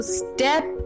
step